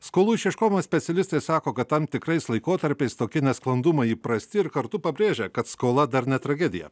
skolų išieškojimo specialistai sako kad tam tikrais laikotarpiais tokie nesklandumai įprasti ir kartu pabrėžia kad skola darną tragediją